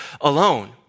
alone